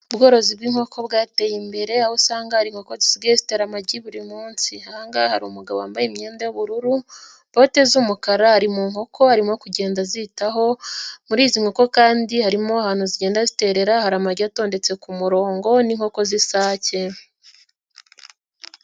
Ubworozi bw'inkoko bwateye imbere, aho usanga hari inkoko zisigaye zitera amagi buri munsi. Aha ngaha hari umugabo wambaye imyenda y'ubururu, bote z'umukara, ari mu nkoko arimo kugenda azitaho. Muri izi nkoko kandi harimo ahantu zigenda ziterera hari amagi atondetse ku murongo n'inkoko z'isake.